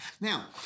Now